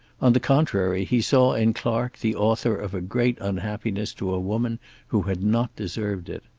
on the contrary, he saw in clark the author of a great unhappiness to a woman who had not deserved it.